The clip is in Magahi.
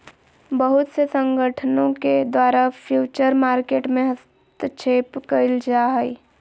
बहुत से संगठनों के द्वारा फ्यूचर मार्केट में हस्तक्षेप क़इल जा हइ